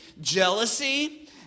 jealousy